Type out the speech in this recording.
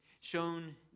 shown